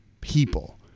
people